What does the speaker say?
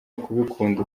ukubikunda